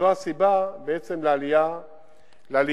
זו בעצם הסיבה לעלייה השנה.